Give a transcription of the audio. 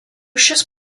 šis